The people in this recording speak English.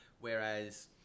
whereas